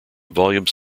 volume